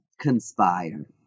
conspire